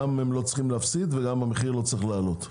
גם הם לא צריכים להפסיד וגם המחיר לא צריך לעלות.